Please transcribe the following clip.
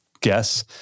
guess